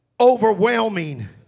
overwhelming